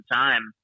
time